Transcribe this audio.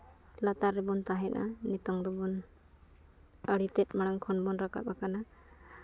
ᱞᱟᱛᱟᱨ ᱨᱮᱵᱚᱱ ᱛᱟᱦᱮᱱᱟ ᱱᱤᱛᱚᱝ ᱫᱚᱵᱚᱱ ᱟᱹᱰᱤ ᱛᱮᱫ ᱢᱟᱲᱟᱝ ᱛᱮᱵᱚᱱ ᱨᱟᱠᱟᱵ ᱟᱠᱟᱱᱟ